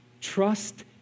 Trust